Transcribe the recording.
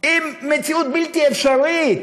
עם מציאות בלתי אפשרית,